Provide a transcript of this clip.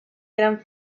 érem